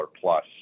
plus